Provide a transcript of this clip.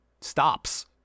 stops